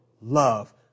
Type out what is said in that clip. love